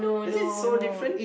is it so different